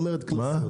קנסות?